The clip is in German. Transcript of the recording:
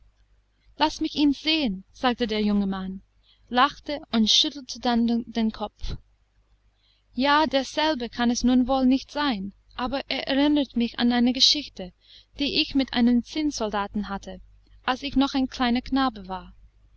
laß mich ihn sehen sagte der junge mann lachte und schüttelte dann den kopf ja derselbe kann es nun wohl nicht sein aber er erinnert mich an eine geschichte die ich mit einem zinnsoldaten hatte als ich noch ein kleiner knabe war